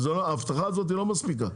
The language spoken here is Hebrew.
ההבטחה הזאת לא מספיקה,